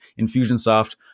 Infusionsoft